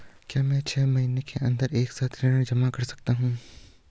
क्या मैं छः महीने के अन्दर एक साथ ऋण जमा कर सकता हूँ?